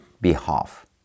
behalf